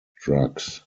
drugs